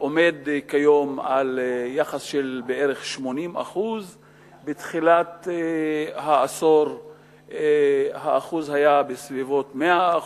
עומד כיום על יחס של בערך 80%. בתחילת העשור זה היה בסביבות 100%,